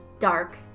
Dark